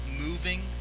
moving